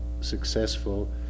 successful